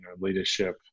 leadership